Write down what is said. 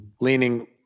leaning